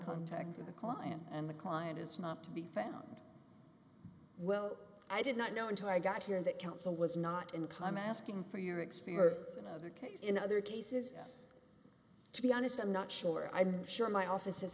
contact to the client and the client is not to be found well i did not know until i got here that counsel was not uncommon asking for your experience in other cases in other cases to be honest i'm not sure i'm sure my office